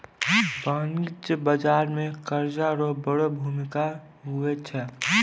वाणिज्यिक बाजार मे कर्जा रो बड़ो भूमिका हुवै छै